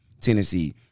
Tennessee